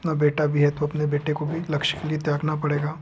अपना बेटा भी है तो अपने बेटे को भी लक्ष्य के लिए त्यागना पड़ेगा